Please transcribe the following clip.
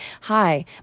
hi